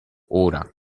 ora